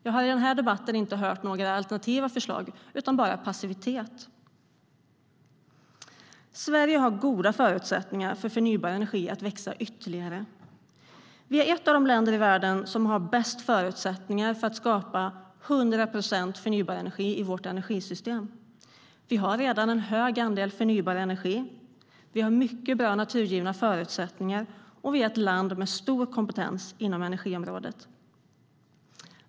Jag har i den här debatten inte hört några alternativa förslag, utan det är bara passivitet. I Sverige finns goda förutsättningar för förnybar energi att växa ytterligare. Sverige är ett av de länder i världen som har bäst förutsättningar för att skapa 100 procent förnybar energi i sitt energisystem. Vi har redan en hög andel förnybar energi. Vi har mycket bra naturgivna förutsättningar, och Sverige är ett land med stor kompetens inom energiområdet.